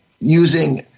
using